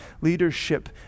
leadership